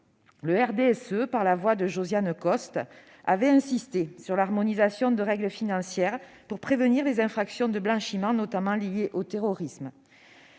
le RDSE, par la voix de Josiane Costes, avait insisté sur l'harmonisation des règles financières pour prévenir les infractions relatives au blanchiment, notamment liées au terrorisme.